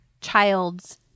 child's